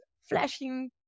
flashing